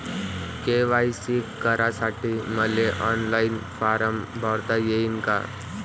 KYC करासाठी मले online form भरता येईन का?